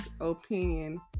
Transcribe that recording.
opinion